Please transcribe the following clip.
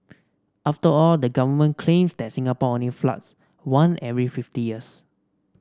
after all the government claims that Singapore only floods one every fifty years